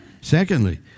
Secondly